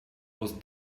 was